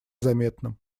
заметным